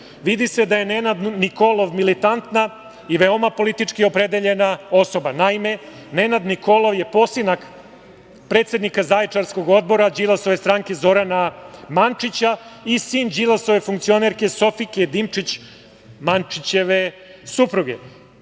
vidi se da je Nenad Nikolov militantna i veoma politički opredeljena osoba. Naime, Nenad Nikolov je posinak predsednika zaječarskog odbora Đilasove stranke Zorana Mančića i sin Đilasove funkcionerke Sofike Dimčić, Mančićeve supruge.